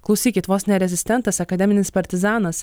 klausykit vos ne rezistentas akademinis partizanas